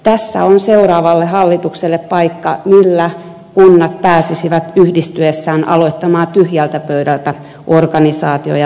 tässä on seuraavalle hallitukselle paikka millä kunnat pääsisivät yhdistyessään aloittamaan tyhjältä pöydältä organisaation ja toimintojensa rakentamisen